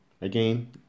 Again